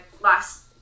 last